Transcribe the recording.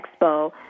expo